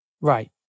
Right